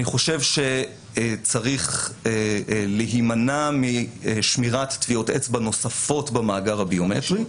אני חושב שצריך להימנע משמירת טביעות אצבע נוספות במאגר הביומטרי,